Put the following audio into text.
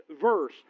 verse